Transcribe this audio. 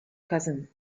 cousin